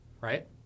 Right